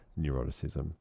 neuroticism